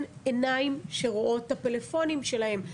עיניים שרואות את הטלפונים הניידים שלהם?